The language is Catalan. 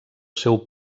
seu